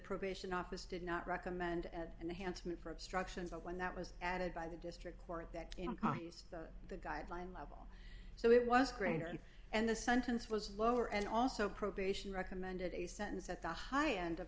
probation office did not recommend and handsome for obstruction but when that was added by the district court that implies the guideline level so it was greater and the sentence was lower and also probation recommended a sentence at the high end of